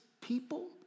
people